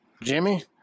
Jimmy